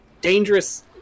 dangerous